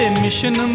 mission